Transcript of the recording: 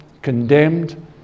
condemned